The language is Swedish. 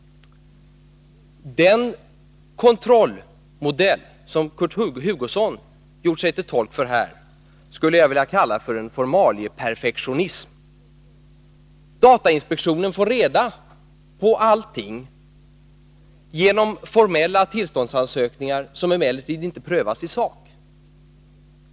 Den kontrollmodell som Kurt Hugosson gjort sig till tolk för här skulle jag vilja kalla för en formalieperfektionism. Datainspektionen får reda på allting genom formella tillståndsansökningar, som emellertid inte prövas i sak.